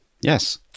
Yes